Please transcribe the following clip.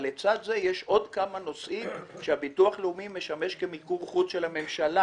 אבל לצד זה יש כמה נושאים שבהם הביטוח הלאומי משמש מיקור חוץ של הממשלה,